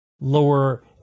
lower